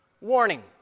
Warning